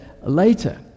Later